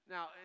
Now